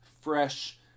fresh